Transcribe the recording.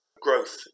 growth